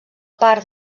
part